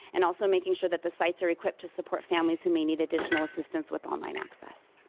and also making sure that the sites are equipped to support families who may need additional assistance with online access.